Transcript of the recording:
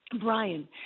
Brian